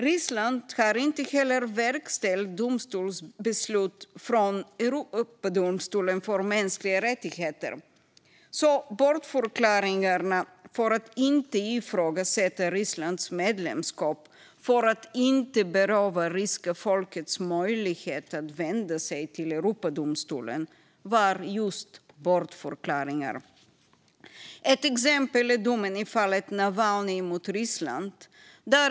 Ryssland har inte heller verkställt domstolsbeslut från Europadomstolen för mänskliga rättigheter. Bortförklaringarna om att inte ifrågasätta Rysslands medlemskap för att inte beröva ryska folket möjligheten att vända sig till Europadomstolen var just bortförklaringar. Ett exempel är domen i fallet Navalnyj mot Ryssland.